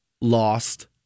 lost